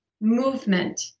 movement